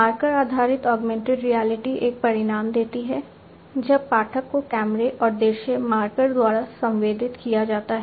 marker आधारित augmented reality एक परिणाम देती है जब पाठक को कैमरे और दृश्य मार्कर द्वारा संवेदित किया जाता है